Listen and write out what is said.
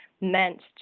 meant